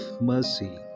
mercy